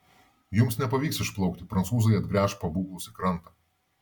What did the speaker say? jums nepavyks išplaukti prancūzai atgręš pabūklus į krantą